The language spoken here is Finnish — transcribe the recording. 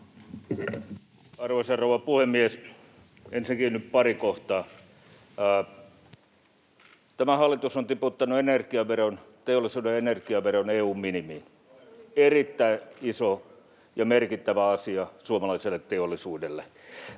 Arvoisa rouva puhemies! Ensinnäkin nyt pari kohtaa: Tämä hallitus on tiputtanut teollisuuden energiaveron EU:n minimiin — erittäin iso ja merkittävä asia suomalaiselle teollisuudelle.